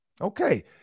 Okay